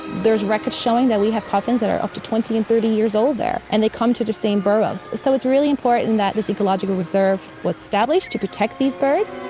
there's records showing that we have puffins that are up to twenty and thirty years old there, and they come to the same burrows. so it's really important that this ecological reserve was established to protect these birds.